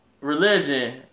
religion